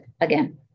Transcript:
Again